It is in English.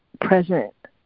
present